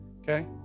okay